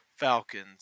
falcons